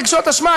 רגשות אשמה,